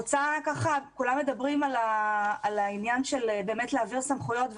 כולם מדברים על העניין של באמת העברת הסמכויות.